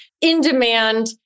in-demand